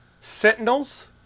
Sentinels